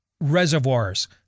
reservoirs